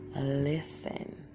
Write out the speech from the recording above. listen